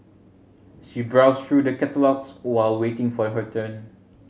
she browsed through the catalogues while waiting for her turn